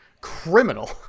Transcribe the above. criminal